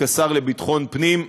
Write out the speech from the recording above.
כשר לביטחון הפנים,